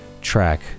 track